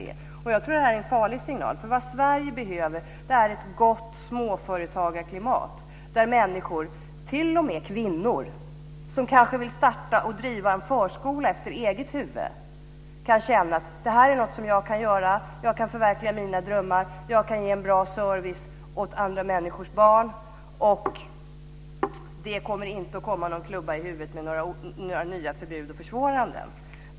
Jag tror att detta är en farlig signal, för vad Sverige behöver är ett gott småföretagarklimat där människor - t.o.m. kvinnor - som vill starta och driva en förskola efter eget huvud kan känna att det är något som de kan göra, att de kan förverkliga sina drömmar, att de kan ge en bra service åt andra människors barn och att det inte kommer någon klubba i huvudet med några nya förbud och försvåranden.